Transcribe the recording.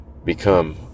become